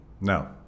No